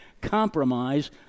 compromise